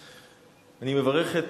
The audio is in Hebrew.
אני מברך את